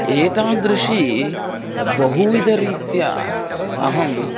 एतादृशी बहुविधरीत्या अहम्